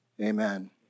Amen